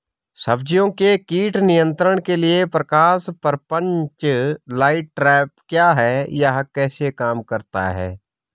सब्जियों के कीट नियंत्रण के लिए प्रकाश प्रपंच लाइट ट्रैप क्या है यह कैसे काम करता है?